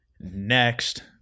Next